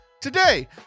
Today